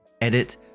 Edit